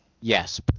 Yes